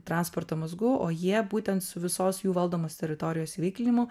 transporto mazgu o jie būtent su visos jų valdomos teritorijos įveiklinimu